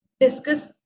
discuss